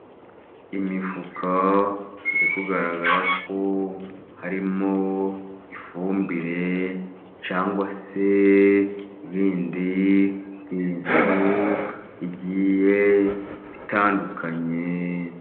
Imifuka iri kugaragara ko harimo ifumbire, cyangwa se ibindi bintu bigiye bitandukanye.